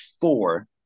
four